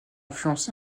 influencé